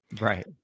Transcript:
Right